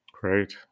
Great